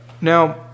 Now